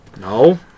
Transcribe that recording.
No